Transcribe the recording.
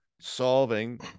solving